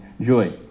joy